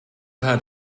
had